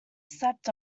slept